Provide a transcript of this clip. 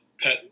pet